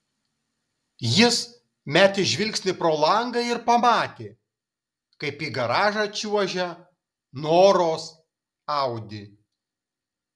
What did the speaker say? jis metė žvilgsnį pro langą ir pamatė kaip į garažą čiuožia noros audi